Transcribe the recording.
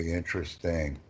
interesting